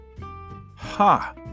Ha